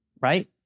Right